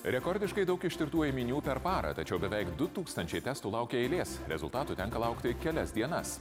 rekordiškai daug ištirtų ėminių per parą tačiau beveik du tūkstančiai testų laukia eilės rezultatų tenka laukti kelias dienas